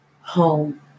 Home